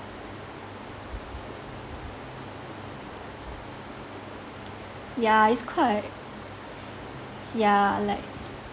yeah it's quite yeah like